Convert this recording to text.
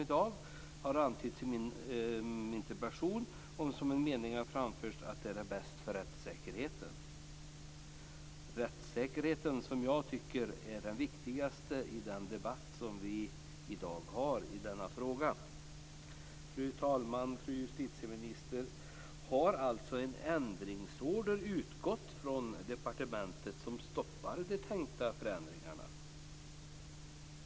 Som jag har antytt i min interpellation och som jag framfört som min mening är detta det bästa för rättssäkerheten, som jag tycker är det viktigaste i den debatt som vi i dag har i frågan. Fru talman och fru justitieminister! Har en ändringsorder utgått från departementet som stoppar de tänkta förändringarna?